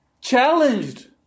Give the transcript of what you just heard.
challenged